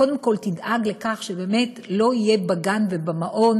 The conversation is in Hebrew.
היא קודם כול תדאג לכך שלא יהיה בגן או במעון